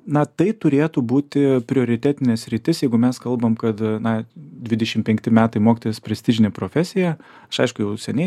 na tai turėtų būti prioritetinė sritis jeigu mes kalbam kad na dvidešimt penkti metai mokytojas prestižinė profesija čia aišku jau seniai